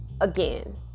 again